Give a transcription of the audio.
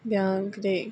ବ୍ୟାଙ୍କ୍ରେ